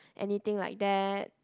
anything like that